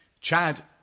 Chad